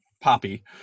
poppy